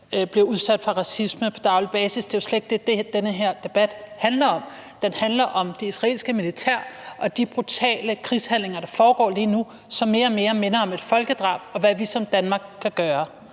bliver udsat for racisme på daglig basis. Det er jo slet ikke det, den her debat handler om. Den handler om det israelske militær og de brutale krigshandlinger, der foregår lige nu, som mere og mere minder om et folkedrab, og om, hvad Danmark kan gøre.